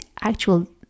actual